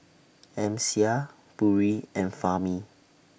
Amsyar Putri and Fahmi